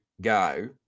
go